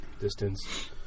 distance